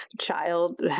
child